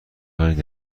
پنج